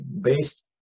based